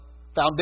foundation